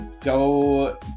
go